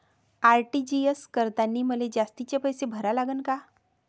RTGS करतांनी मले जास्तीचे पैसे भरा लागन का?